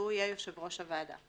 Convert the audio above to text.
והוא יהיה יושב-ראש הוועדה,